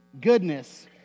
goodness